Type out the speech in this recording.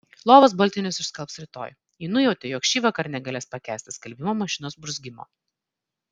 lovos baltinius išskalbs rytoj ji nujautė jog šįvakar negalės pakęsti skalbimo mašinos burzgimo